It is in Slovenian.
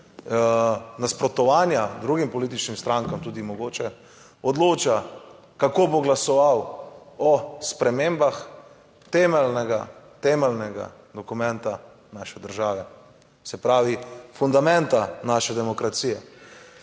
nasprotovanja drugim političnim strankam tudi mogoče, odloča, kako bo glasoval o spremembah temeljnega, temeljnega dokumenta naše države, se pravi fundamenta naše demokracije.